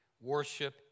worship